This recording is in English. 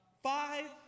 Five